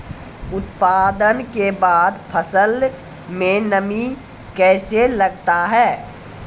उत्पादन के बाद फसल मे नमी कैसे लगता हैं?